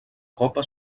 copa